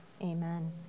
Amen